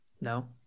No